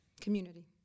community